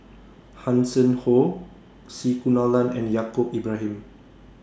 Hanson Ho C Kunalan and Yaacob Ibrahim